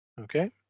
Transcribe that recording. Okay